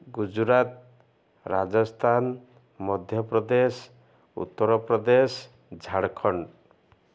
Gujarat Rajasthan Madhya Pradesh Uttar Pradesh Jharkhand